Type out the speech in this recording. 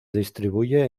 distribuye